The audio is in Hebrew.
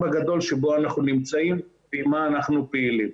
הגדול שבו אנחנו נמצאים ועם מה אנחנו פעילים.